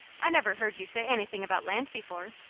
i never heard you say anything about land before.